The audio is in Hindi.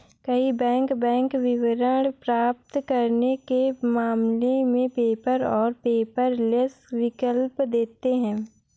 कई बैंक बैंक विवरण प्राप्त करने के मामले में पेपर और पेपरलेस विकल्प देते हैं